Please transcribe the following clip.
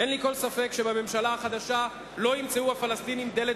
אין לי כל ספק שבממשלה החדשה לא ימצאו הפלסטינים דלת